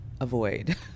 avoid